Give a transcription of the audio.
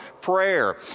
prayer